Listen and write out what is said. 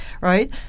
right